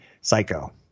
psycho